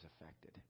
affected